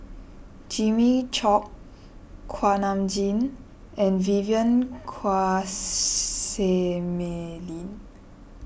Jimmy Chok Kuak Nam Jin and Vivien Quahe Seah Mei Lin